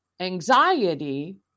Anxiety